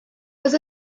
was